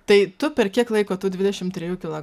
tai tu per kiek laiko tu dvidešimt trijų kilo